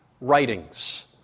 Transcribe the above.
writings